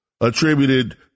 attributed